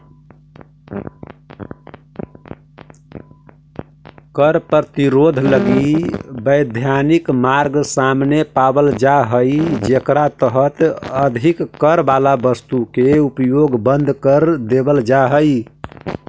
कर प्रतिरोध लगी वैधानिक मार्ग सामने पावल जा हई जेकरा तहत अधिक कर वाला वस्तु के उपयोग बंद कर देवल जा हई